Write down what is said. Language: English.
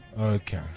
Okay